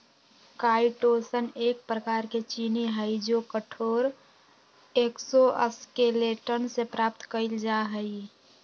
chitosan एक प्रकार के चीनी हई जो कठोर एक्सोस्केलेटन से प्राप्त कइल जा हई